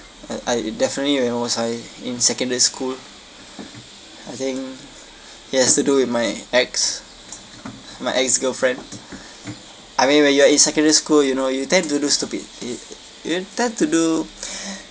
and I definitely when was I in secondary school I think it has to do with my ex my ex-girlfriend I mean when you're in secondary school you know you tend to do stupid i~ you'll intend to do